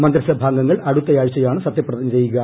മന്ത്രിസഭാംഗങ്ങൾ അടുത്തയാഴ്ചയാണ് സത്യപ്രതിജ്ഞ ചെയ്യുക